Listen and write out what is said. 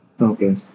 Okay